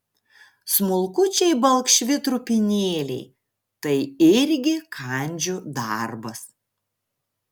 smulkučiai balkšvi trupinėliai tai irgi kandžių darbas